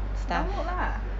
download lah